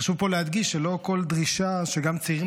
חשוב פה להדגיש שלא כל דרישה שגם צעירים